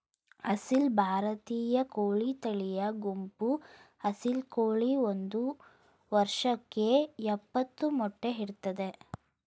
ಅಸೀಲ್ ಭಾರತೀಯ ಕೋಳಿ ತಳಿಯ ಗುಂಪು ಅಸೀಲ್ ಕೋಳಿ ಒಂದ್ ವರ್ಷಕ್ಕೆ ಯಪ್ಪತ್ತು ಮೊಟ್ಟೆ ಇಡ್ತದೆ